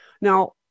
Now